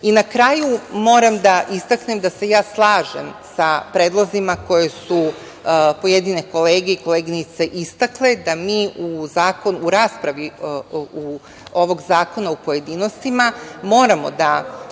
kraju moram da istaknem da se ja slažem sa predlozima koji su pojedine kolege i koleginice istakle, da mi u raspravi ovog zakona u pojedinostima moramo da